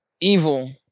evil